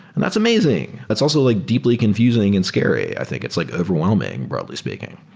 and that's amazing. that's also like deeply confusing and scary. i think it's like overwhelming broadly speaking.